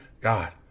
God